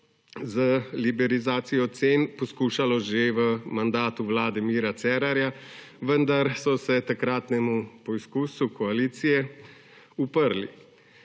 z liberalizacijo cen poskušalo že v mandatu Vlade Mira Cerarja, vendar so se takratnemu poskusu koalicije uprli.